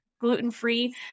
gluten-free